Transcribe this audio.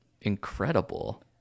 incredible